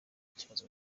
kibazo